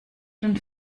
den